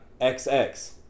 xx